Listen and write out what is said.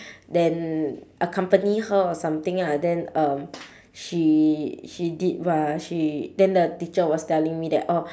then accompany her or something ah then um she she did !wah! she then the teacher was telling me that orh